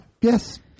Yes